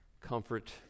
Comfort